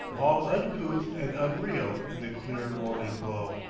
all uncouth and unreal in the clear morning glow.